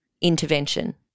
intervention